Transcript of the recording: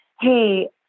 hey